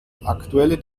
aktuelle